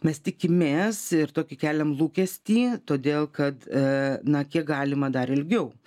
mes tikimės ir tokį keliam lūkestį todėl kad na kiek galima dar ilgiau